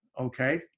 okay